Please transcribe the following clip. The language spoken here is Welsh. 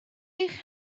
eich